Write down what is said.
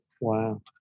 Wow